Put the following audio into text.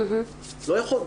לא, לא יכול.